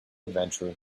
adventure